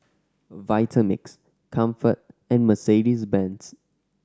Vitamix Comfort and Mercedes Benz